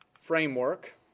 framework